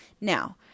Now